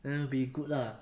then will be good lah